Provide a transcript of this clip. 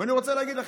אני רוצה להגיד לכם,